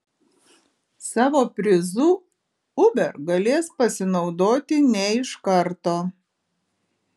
savo prizu uber galės pasinaudoti ne iš karto